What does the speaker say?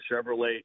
Chevrolet